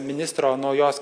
ministro naujos